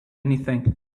anything